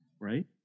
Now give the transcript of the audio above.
right